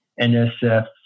nsf